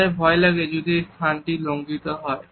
আমাদের ভয় লাগে যদি এই স্থানটি লঙ্ঘিত হয়